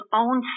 own